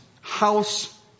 house